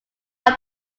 zero